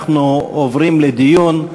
אנחנו עוברים לדיון.